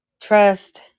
trust